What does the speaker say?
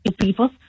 people